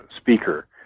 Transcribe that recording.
speaker